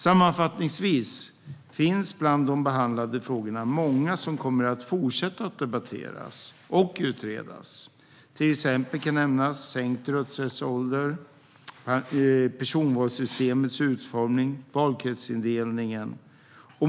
Sammanfattningsvis finns bland de behandlade frågorna många som kommer att fortsätta att debatteras och utredas. Till exempel kan nämnas frågor om sänkt rösträttsålder, personvalssystemets utformning och valkretsindelningen.